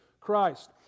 Christ